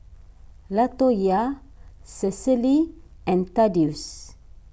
Latoyia Cecily and Thaddeus